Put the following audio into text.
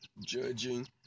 judging